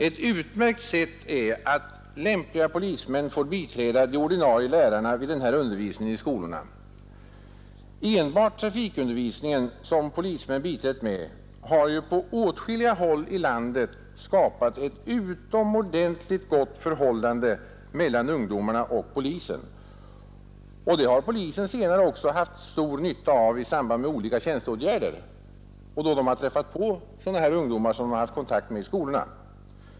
Ett utmärkt sätt att uppnå detta är att låta lämpliga polismän biträda de ordinarie lärarna i den undervisningen i skolorna. Enbart trafikundervisningen, som polismän biträtt med, har på åtskilliga håll i landet skapat ett utomordentligt gott förhållande mellan ungdomarna och polisen. Det har polisen senare också haft stor nytta av i samband med olika tjänsteåtgärder, då de träffat ungdomar som de haft kontakt med i skolorna.